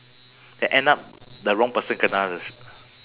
then end up the wrong person kena the